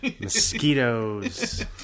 mosquitoes